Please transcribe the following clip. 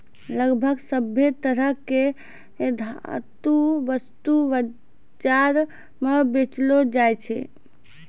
लगभग सभ्भे तरह के धातु वस्तु बाजार म बेचलो जाय छै